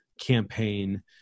campaign